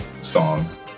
songs